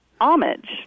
homage